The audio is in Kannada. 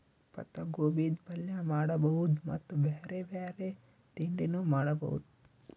ಪತ್ತಾಗೋಬಿದ್ ಪಲ್ಯ ಮಾಡಬಹುದ್ ಮತ್ತ್ ಬ್ಯಾರೆ ಬ್ಯಾರೆ ತಿಂಡಿನೂ ಮಾಡಬಹುದ್